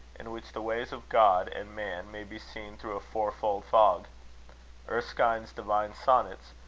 in which the ways of god and man may be seen through a fourfold fog erskine's divine sonnets,